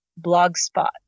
Blogspot